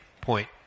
point